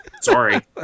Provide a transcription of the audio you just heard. Sorry